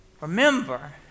Remember